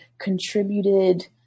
contributed